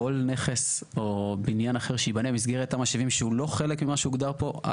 כל נכס או בניין אחר שייבנה במסגרת תמ"א 70 שהוא לא חלק ממה שהוגדר פה,